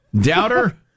Doubter